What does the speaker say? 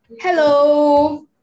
Hello